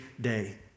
day